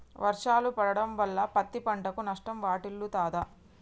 వర్షాలు పడటం వల్ల పత్తి పంటకు నష్టం వాటిల్లుతదా?